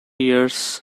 years